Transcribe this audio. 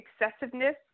excessiveness